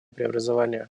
преобразования